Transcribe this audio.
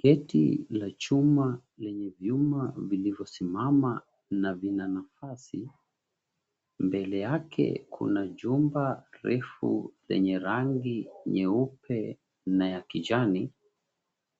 Geti la chuma lenye vyuma vilivyosimama na vina nafasi. Mbele yake kuna jumba refu lenye rangi nyeupe na ya kijani